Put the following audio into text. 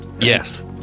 yes